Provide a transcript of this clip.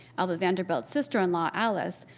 although vanderbilt's sister-in-law, alice,